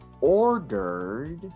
ordered